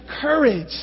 courage